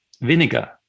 vinegar